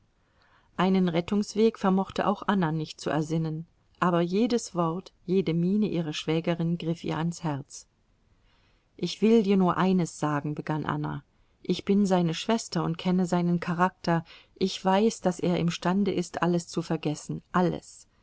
einen rettungsweg vermochte auch anna nicht zu ersinnen aber jedes wort jede miene ihrer schwägerin griff ihr ans herz ich will dir nur eines sagen begann anna ich bin seine schwester und kenne seinen charakter ich weiß daß er imstande ist alles zu vergessen alles